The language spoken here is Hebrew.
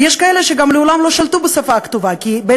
ויש כאלה שגם מעולם לא שלטו בשפה הכתובה כי הם